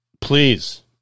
please